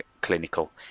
clinical